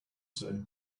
say